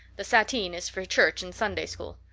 the sateen is for church and sunday school.